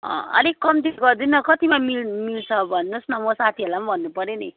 अलिक कम्ती गरिदिनु न कतिमा मिल् मिल्छ भन्नुहोस् न म साथीहरूलाई पनि भन्नुपऱ्यो नि